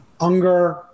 Unger